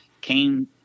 came